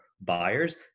buyers